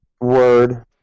Word